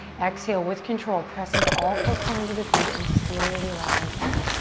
exhale with control, press into all four corners of the feet and slowly rise up.